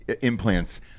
implants